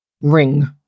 ring